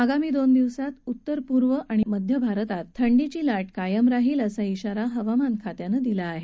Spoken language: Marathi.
आगामी दोन दिवसात उत्तर पूर्व आणि मध्य भारतात थंडीची लाट कायम राहील असा शिरा हवामान खात्यानं दिला आहे